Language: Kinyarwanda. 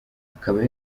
akaba